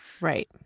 Right